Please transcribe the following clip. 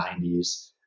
90s